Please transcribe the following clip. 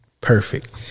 Perfect